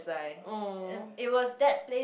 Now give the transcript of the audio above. oh